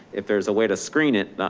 if there's a way to screen it.